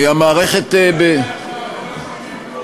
המערכת, לא שומעים כלום.